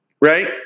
right